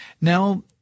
Now